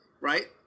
right